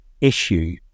issue